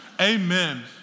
Amen